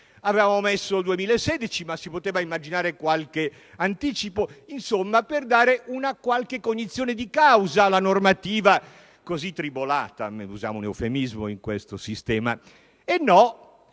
Avevamo stabilito il 2016, ma si poteva immaginare anche un anticipo, per dare una qualche cognizione di causa alla normativa così tribolata - usiamo un eufemismo - in questo sistema.